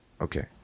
Okay